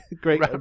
great